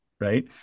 right